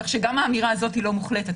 כך שגם האמירה הזאת היא לא מוחלטת.